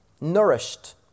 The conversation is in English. Nourished